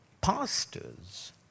pastors